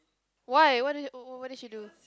why what did what did she do